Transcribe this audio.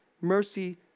mercy